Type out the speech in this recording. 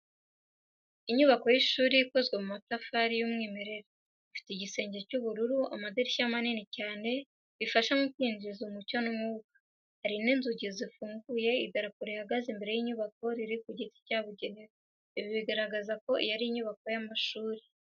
Inyubako y’ishuri ikozwe mu matafari y’umwimerere. Ifite igisenge cy'ubururu. Amadirishya manini cyane, bifasha mu kwinjiza umucyo n’umwuka. Hari inzugi zifunguye, idarapo rihagaze imbere y’inyubako, riri ku giti cyabugenewe. Ibi bigaragaza ko iyi nyubako ari iy'amashuri.